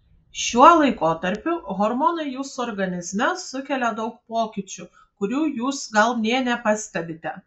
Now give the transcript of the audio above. šiuo laikotarpiu hormonai jūsų organizme sukelia daug pokyčių kurių jūs gal nė nepastebite